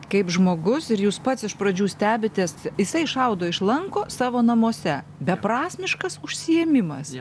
kaip žmogus ir jūs pats iš pradžių stebitės jisai šaudo iš lanko savo namuose beprasmiškas užsiėmimas